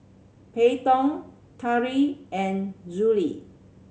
Peyton Tari and Zollie